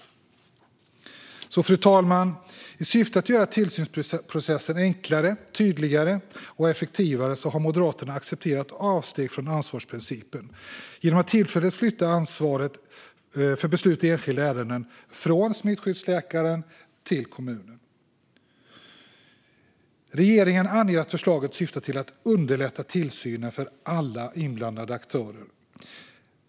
Fru talman! I syfte att göra tillsynsprocessen enklare, tydligare och effektivare har Moderaterna accepterat att man gör avsteg från ansvarsprincipen genom att tillfälligt flytta ansvaret för beslut i enskilda ärenden från smittskyddsläkaren till kommunen. Regeringen anger att förslaget syftar till att underlätta tillsynen för alla inblandade aktörer.